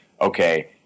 Okay